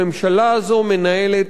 הממשלה הזאת מנהלת,